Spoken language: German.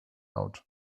laut